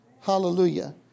Hallelujah